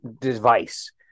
device